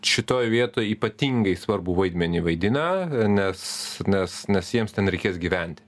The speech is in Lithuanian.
šitoj vietoj ypatingai svarbų vaidmenį vaidina nes nes nes jiems ten reikės gyventi